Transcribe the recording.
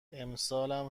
امسالم